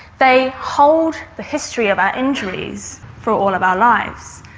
they hold the history of our injuries for all of our lives.